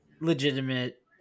legitimate